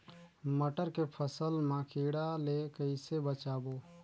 मटर के फसल मा कीड़ा ले कइसे बचाबो?